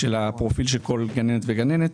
של הפרופיל של כל גננת וגננת.